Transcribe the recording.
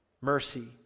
mercy